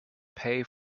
pay